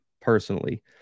personally